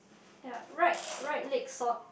ya right right leg sock